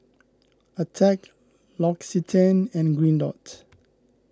attack L'Occitane and Green Dot